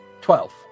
Twelve